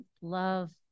love